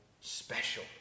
special